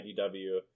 IDW